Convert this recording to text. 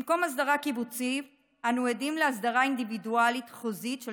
במקום הסדרה קיבוצית אנו עדים להסדרה אינדיווידואלית חוזית של